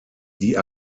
die